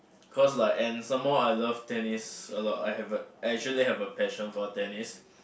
cause like and some more I love tennis a lot I have a I actually have a passion for tennis